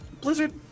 Blizzard